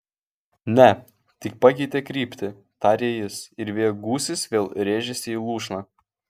ne tik pakeitė kryptį tarė jis ir vėjo gūsis vėl rėžėsi į lūšną